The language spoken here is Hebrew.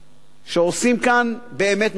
שעושים כאן באמת מהפכה.